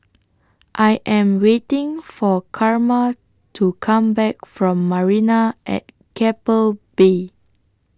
I Am waiting For Carma to Come Back from Marina At Keppel Bay